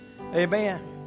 amen